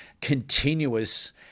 continuous